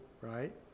right